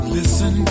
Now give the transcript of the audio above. Listen